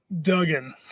Duggan